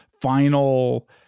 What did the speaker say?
final